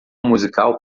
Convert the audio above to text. musical